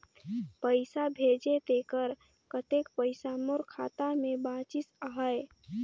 पइसा भेजे तेकर कतेक पइसा मोर खाता मे बाचिस आहाय?